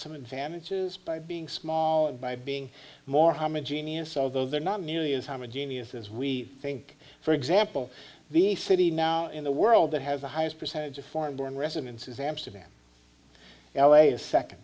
some advantages by being smaller by being more homogeneous although they're not nearly as time a genius as we think for example the city now in the world that has the highest percentage of foreign born residences amsterdam now wait a second